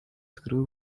screw